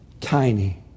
tiny